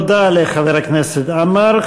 תודה לחבר הכנסת עמאר.